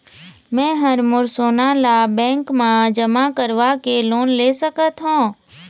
मैं हर मोर सोना ला बैंक म जमा करवाके लोन ले सकत हो?